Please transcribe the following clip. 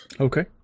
Okay